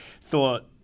thought